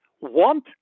want